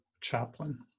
Chaplain